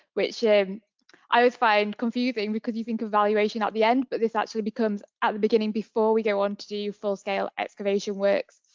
which i always find confusing because you think evaluation at the end but this actually becomes at the beginning before we go on to do full scale excavation works.